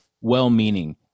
well-meaning